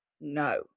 No